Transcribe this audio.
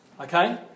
Okay